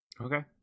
Okay